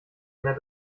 mehr